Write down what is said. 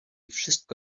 wszystko